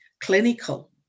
clinical